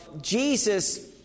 Jesus